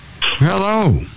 Hello